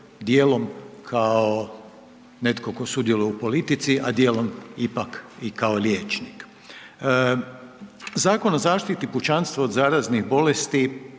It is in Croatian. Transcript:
kao netko tko sudjeluje u politici, a dijelom ipak i kao liječnik. Zakon o zaštiti pučanstva od zaraznih bolesti,